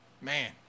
Man